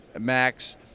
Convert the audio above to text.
max